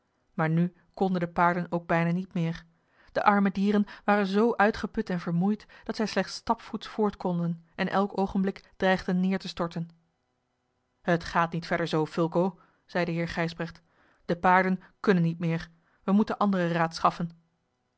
maar nu konden de paarden ook bijna niet meer de arme dieren waren zoo uitgeput en vermoeid dat zj slechts stapvoets voort konden en elk oogenblik dreigden neêr te storten t gaat niet verder zoo fulco zeide heer gijsbrecht de paarden kunnen niet meer we moeten anderen raad schaffen